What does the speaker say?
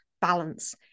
balance